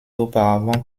auparavant